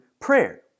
prayer